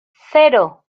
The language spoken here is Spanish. cero